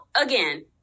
again